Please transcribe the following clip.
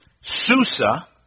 Susa